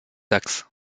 axe